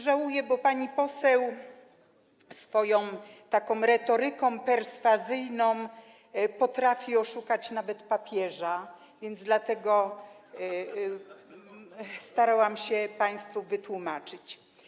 Żałuję, że pani poseł swoją taką retoryką perswazyjną potrafi oszukać nawet papieża, i dlatego starałam się to państwu wytłumaczyć.